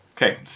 Okay